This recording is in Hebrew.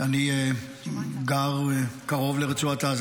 אני גר קרוב לרצועת עזה,